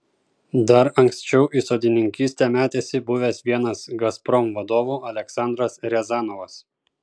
dar anksčiau į sodininkystę metėsi buvęs vienas gazprom vadovų aleksandras riazanovas